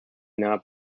not